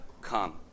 come